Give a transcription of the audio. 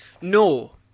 No